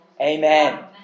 Amen